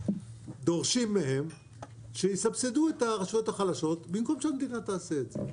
דורשים מהם שיסבסדו את הרשויות החלשות במקום שהמדינה תעשה את זה.